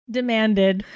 demanded